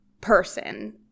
person